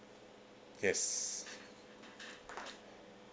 yes